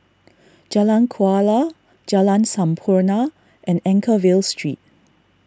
Jalan Kuala Jalan Sampurna and Anchorvale Street